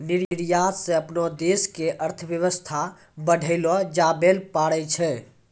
निर्यात स अपनो देश के अर्थव्यवस्था बढ़ैलो जाबैल पारै छै